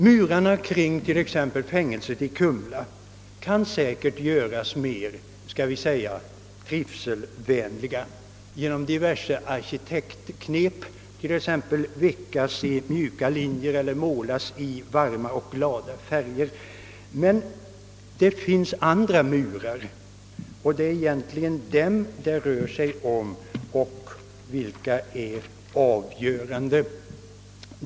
Murarna kring exempelvis fängelset i Kumla kan säkert göras mera trivselvänliga genom diverse arkitektknep, t.ex. veckas i mjuka linjer eller målas i varma och glada färger. Men det finns andra murar, och det är egentligen de som är de viktigaste.